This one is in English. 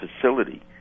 facility